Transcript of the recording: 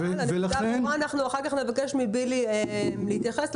אנחנו אחר כך נבקש מבילי להתייחס,